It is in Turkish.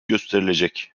gösterilecek